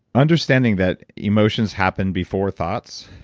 understanding that emotions happen before thoughts,